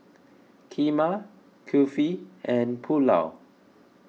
Kheema Kulfi and Pulao